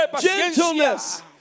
gentleness